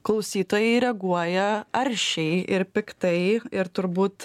klausytojai reaguoja aršiai ir piktai ir turbūt